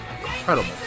incredible